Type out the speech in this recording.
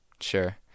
Sure